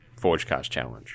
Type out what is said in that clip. ForgeCastChallenge